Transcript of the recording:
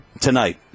tonight